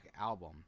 album